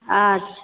अच्छा